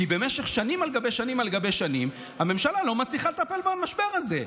כי במשך שנים על גבי שנים על גבי שנים הממשלה לא מצליחה לטפל במשבר הזה.